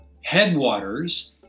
headwaters